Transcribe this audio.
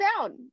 down